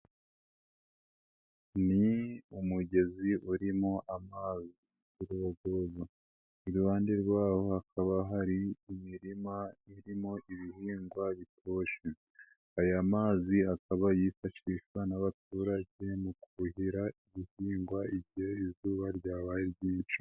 Ni umugezi urimo amazi y'urubogobogo, iruhande rwawo hakaba hari imirima irimo ibihingwa bitoshye, aya mazi akaba yifashishwa n'abaturage mu kuhira ibihingwa igihe izuba ryabaye ryinshi.